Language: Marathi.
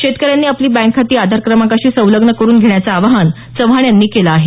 शेतकऱ्यांनी आपली बँक खाती आधारक्रमांकांशी संलग्न करुन घेण्याचं आवाहन चव्हाण यांनी केलं आहे